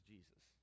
Jesus